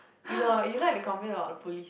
you know you like to complain about the police